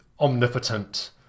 omnipotent